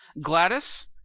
Gladys